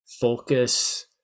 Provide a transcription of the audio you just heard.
focus